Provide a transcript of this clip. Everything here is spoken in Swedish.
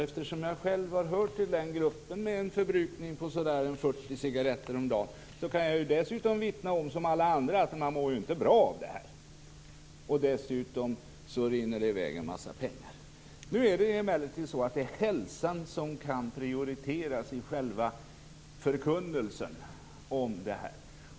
Eftersom jag själva har hört till den gruppen med en förbrukning på så där en 40 cigaretter om dagen, så kan jag, precis om alla andra, vittna om att man ju inte mår bra av det här. Dessutom rinner det i väg en massa pengar. Nu är det emellertid så att hälsan kan prioriteras i själva förkunnelsen om det här.